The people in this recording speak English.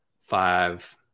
five